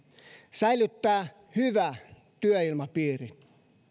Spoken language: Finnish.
säilyttää hyvä työilmapiiri